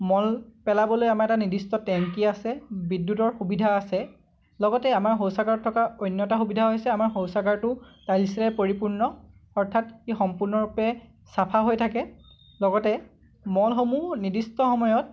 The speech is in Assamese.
মল পেলাবলৈ আমাৰ এটা নিৰ্দিষ্ট টেংকি আছে বিদ্যুতৰ সুবিধা আছে লগতে আমাৰ শৌচাগাৰত থকা অন্য এটা সুবিধা হৈছে আমাৰ শৌচাগাৰটো টাইলছেৰে পৰিপূৰ্ণ অৰ্থাৎ ই সম্পূৰ্ণৰূপে চাফা হৈ থাকে লগতে মলসমূহ নিৰ্দিষ্ট সময়ত